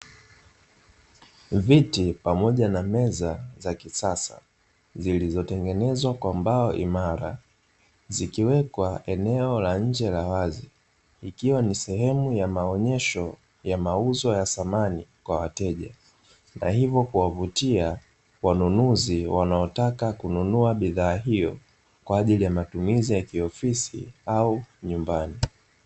Viti pamoja na meza za kisasa zilizotengenezwa kwa mbao imara, zikiwekwa eneo la nje la wazi ikiwa ni sehemu ya maonyesho ya mauzo ya samani kwa wateja, na hivyo kuwavutia wanunuzi wanaotaka kununua bidhaa hiyo kwaajili ya matumizi ya kiofisi au nyumbani.